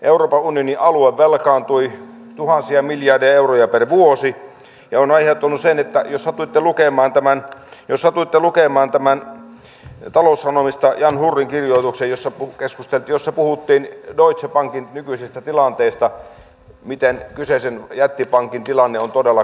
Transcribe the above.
euroopan unionin alue velkaantui tuhansia miljardeja euroja per vuosi ja se on aiheuttanut tilanteen jos satuitte lukemaan taloussanomista jan hurrin kirjoituksen jossa puhuttiin deutsche bankin nykyisestä tilanteesta miten kyseisen jättipankin tilanne on todella kurja